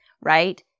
right